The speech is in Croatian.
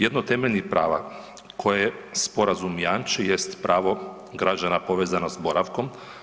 Jedno o temeljnih prava koje sporazum jamči jest pravo građana povezano s boravkom.